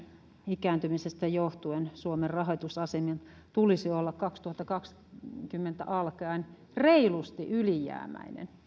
ikääntymisestä johtuen suomen rahoitusaseman tulisi olla kaksituhattakaksikymmentä alkaen reilusti ylijäämäinen